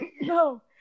no